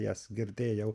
jas girdėjau